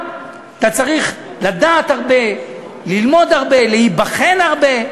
אתה צריך לדעת הרבה, ללמוד הרבה,